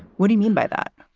what do you mean by that?